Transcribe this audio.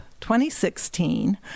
2016